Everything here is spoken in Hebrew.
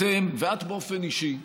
ואת באופן אישי,